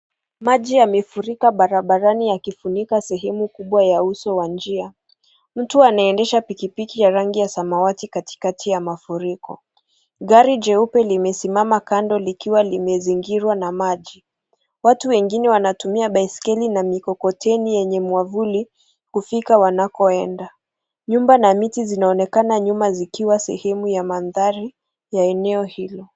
Maji yamefurika barabarani ya kifunika sehemu kubwa ya uso wa njia. Mtu anaendesha pikipiki ya rangi ya samawati katikati ya mafuriko. Gari jeupe limesimama kando likiwa limezingirwa maji. Watu wengine wanatumia baiskeli na mikokoteni yenye mwavuli kufika wanakoenda. Nyumba na miti zinaonekana nyuma zikiwa sehemu ya mandhari ya eneo hili.